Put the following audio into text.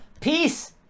peace